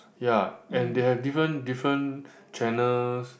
ya and they have different different channels